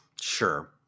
Sure